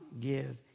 give